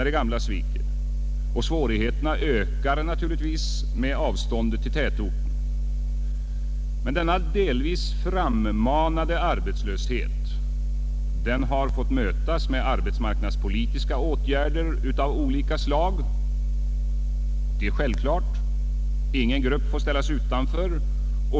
Och svårigheterna ökar naturligtvis med avståndet till tätorterna. Denna delvis frammanade arbetslöshet har fått mötas med arbetsmarknadspolitiska åtgärder av olika slag. Det är självklart. Ingen grupp får ställas utanför.